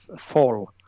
fall